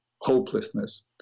hopelessness